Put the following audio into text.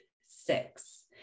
six